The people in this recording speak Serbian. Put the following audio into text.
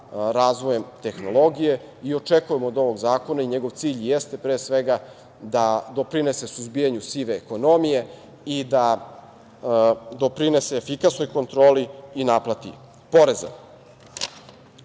razvojem tehnologije. Očekujemo od ovog zakona i njegov cilj jeste da doprinese suzbijanju sive ekonomije i da doprinese efikasnoj kontroli i naplati poreza.Za